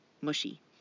mushy